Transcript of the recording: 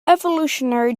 evolutionary